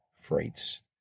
Freights